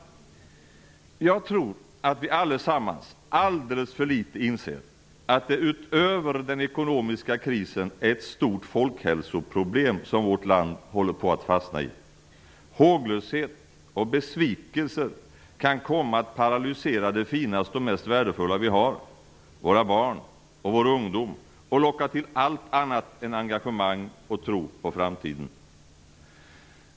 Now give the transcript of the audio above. Jag tror att vi allesammans alldeles för litet inser att det utöver den ekonomiska krisen är ett stort folkhälsoproblem som vårt land håller på att fastna i. Håglöshet och besvikelser kan komma att paralysera det finaste och mest värdefulla som vi har - våra barn och våra ungdomar - och locka till allt annat än engagemang och tro på framtiden.